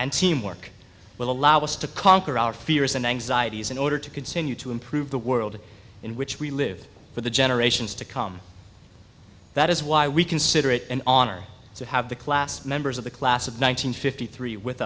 and teamwork will allow us to conquer our fears and anxieties in order to continue to improve the world in which we live for the generations to come that is why we consider it an honor to have the class members of the class of nine hundred fifty three with